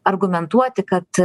argumentuoti kad